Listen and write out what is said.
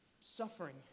Suffering